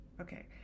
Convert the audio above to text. Okay